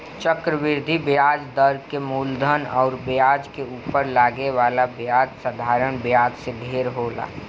चक्रवृद्धि ब्याज दर के मूलधन अउर ब्याज के उपर लागे वाला ब्याज साधारण ब्याज से ढेर होला